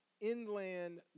Inland